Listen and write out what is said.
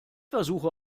versuche